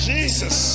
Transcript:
Jesus